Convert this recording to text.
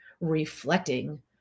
reflecting